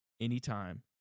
anytime